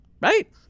right